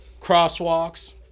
crosswalks